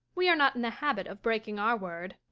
we are not in the habit of breaking our word.